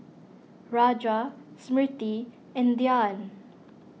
Raja Smriti and Dhyan